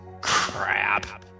Crap